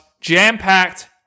jam-packed